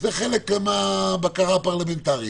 זה חלק מהבקרה הפרלמנטרית.